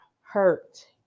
hurt